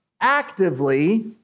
actively